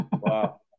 wow